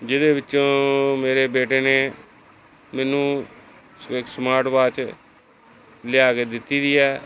ਜਿਹਦੇ ਵਿੱਚੋਂ ਮੇਰੇ ਬੇਟੇ ਨੇ ਮੈਨੂੰ ਸ ਸਮਾਰਟ ਵਾਚ ਲਿਆ ਕੇ ਦਿੱਤੀ ਦੀ ਹੈ